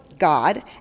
God